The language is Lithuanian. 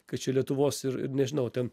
kad čia lietuvos ir nežinau ten